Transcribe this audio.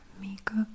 makeup